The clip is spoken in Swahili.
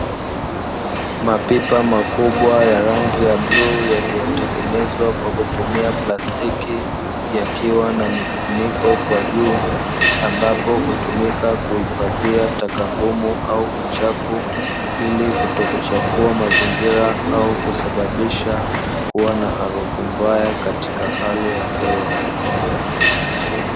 Mapipa makubwa ya rangi ya bluu yaliyotengenezwa kwa kutumia kutumia plastiki, yakiwa na mifuniko kwa juu ambapo hutumika kwa ajili ya kuhifadhia taka ngumu au uchafu ili kutokuchafua mazingira au kusababisha kuwa na harufu mbaya katika hali ya hewa.